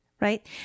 right